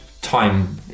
time